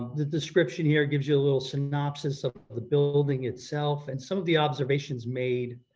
the description here gives you a little synopsis of of the building itself and some of the observations made.